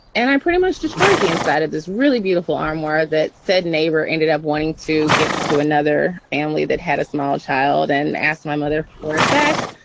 and i pretty much destroyed the inside of this really beautiful armor that said neighbor ended up wanting to give to another family that had a small child and asked my mother for it back,